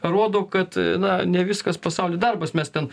rodo kad na ne viskas pasauly darbas mes ten